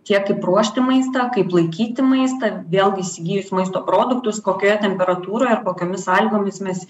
tiek kaip ruošti maistą kaip laikyti maistą vėlgi įsigijus maisto produktus kokioje temperatūroje ir kokiomis sąlygomis mes